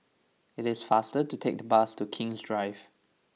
it is faster to take the bus to King's Drive